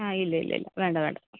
ആ ഇല്ല ഇല്ല ഇല്ല വേണ്ട വേണ്ട